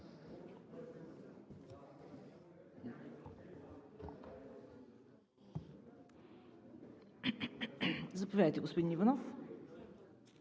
Заповядайте, господин Иванов